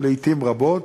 לעתים רבות,